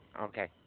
Okay